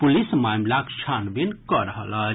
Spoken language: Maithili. पुलिस मामिलाक छानबीन कऽ रहल अछि